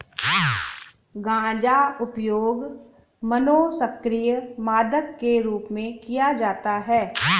गांजा उपयोग मनोसक्रिय मादक के रूप में किया जाता है